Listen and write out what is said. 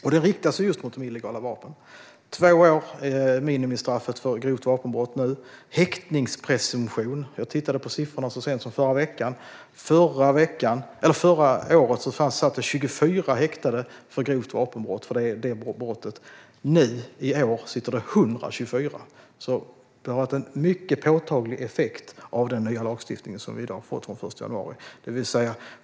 Detta riktar sig just mot de illegala vapnen. Minimistraffet för grovt vapenbrott är nu två år. Vad gäller häktningspresumtion tittade jag på siffrorna så sent som i förra veckan: Förra året satt 24 personer häktade för grovt vapenbrott; i år är antalet 124 personer. Den nya lagstiftningen, som gäller sedan den 1 januari, har alltså haft en mycket påtaglig effekt.